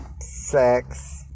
sex